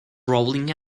rolling